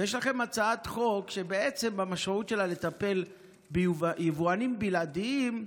ויש לכם הצעת חוק שבעצם המשמעות שלה היא לטפל ביבואנים בלעדיים,